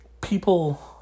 people